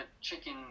chicken